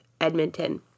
edmonton